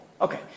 Okay